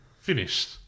finished